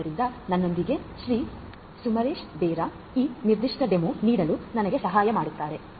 ಆದ್ದರಿಂದ ನನ್ನೊಂದಿಗೆ ಶ್ರೀ ಸಮರೇಶ್ ಬೇರಾ ಈ ನಿರ್ದಿಷ್ಟ ಡೆಮೊ ನೀಡಲು ನನಗೆ ಸಹಾಯ ಮಾಡುತ್ತಾರೆ